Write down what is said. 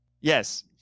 Yes